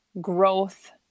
growth